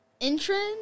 entrance